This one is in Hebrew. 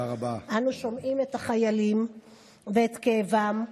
אנו שומעים את החיילים ואת כאבם.